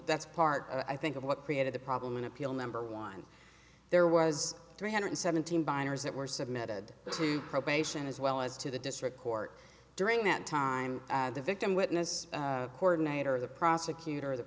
that's part of i think of what created the problem an appeal number one there was three hundred seventeen binders that were submitted to probation as well as to the district court during that time the victim witness corden ater the prosecutor the